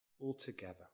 altogether